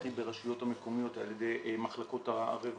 קרי ברשויות המקומיות על ידי מחלקות הרווחה.